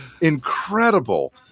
incredible